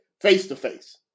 face-to-face